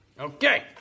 Okay